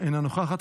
אינה נוכחת,